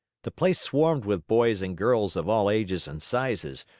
the place swarmed with boys and girls of all ages and sizes,